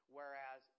Whereas